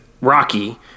Rocky